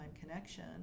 connection